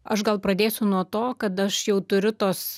aš gal pradėsiu nuo to kad aš jau turiu tos